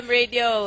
radio